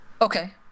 Okay